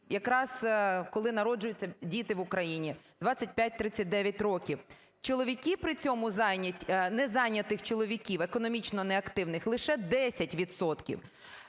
якраз, коли народжуються діти в Україні – 25-39 років. Чоловіки при цьому… незайнятих чоловіків, економічно неактивних – лише 10